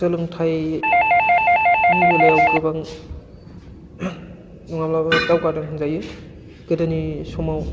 सोलोंथाइनि बेलायाव गोबां नङाब्लाबाबो दावगादों होनजायो गोदोनि समाव